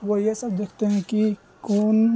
وہ یہ سب دیکھتے ہیں کہ کون